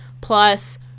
plus